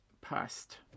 past